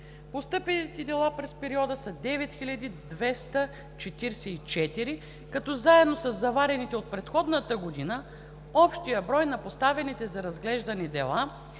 Постъпилите дела през периода са 9244 броя, като заедно със заварените от предходната година общият брой поставени за разглеждани дела